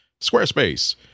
Squarespace